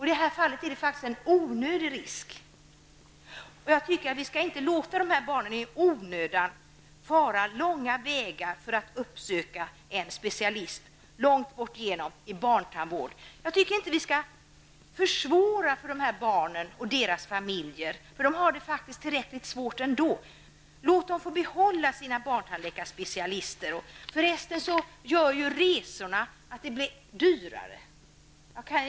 I detta fall är det en onödig risk. Jag tycker att vi inte skall låta dessa barn i onödan fara långa vägar för att uppsöka en specialist på barntandvård. Jag tycker inte att vi på det sättet skall försvåra för dessa barn och deras familjer. De har det faktiskt tillräckligt svårt ändå. Låt dem få behålla sina lokala barntandläkarspecialister. Förresten gör resorna att det blir dyrare.